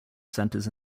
centres